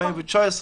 נכון.